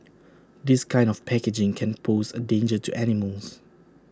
this kind of packaging can pose A danger to animals